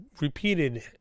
repeated